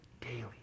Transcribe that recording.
daily